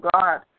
God